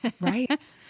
right